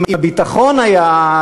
אם הביטחון היה,